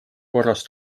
korras